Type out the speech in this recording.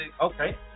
Okay